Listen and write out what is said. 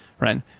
Right